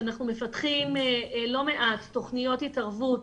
שאנחנו מפתחים תכניות התערבות